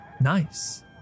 nice